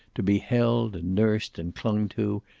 to be held and nursed and clung to,